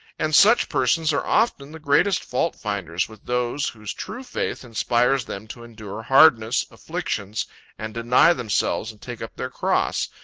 and such persons are often the greatest fault-finders with those, whose true faith inspires them to endure hardness, afflictions and deny themselves and take up their cross,